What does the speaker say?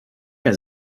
mehr